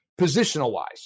Positional-wise